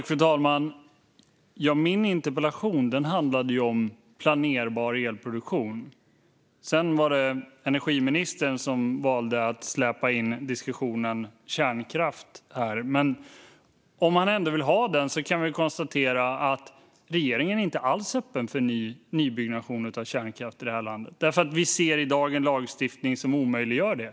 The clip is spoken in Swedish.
Fru talman! Min interpellation handlade ju om planerbar elproduktion; sedan var det energiministern som valde att släpa in diskussionen om kärnkraft. Men om han ändå vill ha den kan vi konstatera att regeringen inte alls är öppen för nybyggnation av kärnkraft i det här landet, för vi ser i dag en lagstiftning som omöjliggör detta.